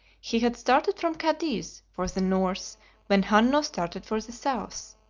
he had started from cadiz for the north when hanno started for the south.